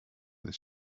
that